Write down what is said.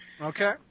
Okay